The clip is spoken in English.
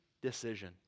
decision